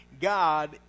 God